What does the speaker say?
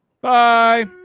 bye